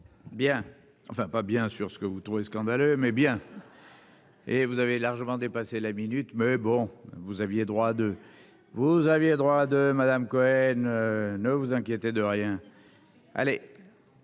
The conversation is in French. Bien. Enfin pas bien sûr ce que vous trouvez scandaleux mais bien. Et vous avez largement dépassé la minute mais bon, vous aviez droit de vous aviez droit de Madame Cohen, ne vous inquiétez de rien, allez,